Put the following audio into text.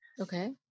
Okay